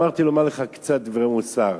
אמרתי לומר לך קצת דברי מוסר.